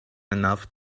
enough